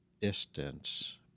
distance